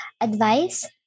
advice